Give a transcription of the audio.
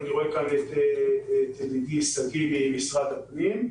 ואני רואה פה את שגיא ממשרד הפנים,